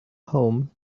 home